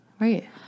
right